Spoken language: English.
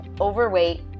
overweight